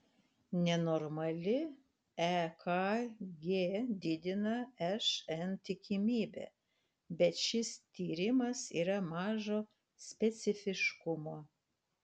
nenormali ekg didina šn tikimybę bet šis tyrimas yra mažo specifiškumo